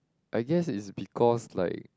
I guess is because like